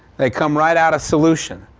they come right out of solution.